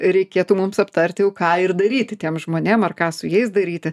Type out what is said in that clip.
reikėtų mums aptarti jau ką ir daryti tiems žmonėm ar ką su jais daryti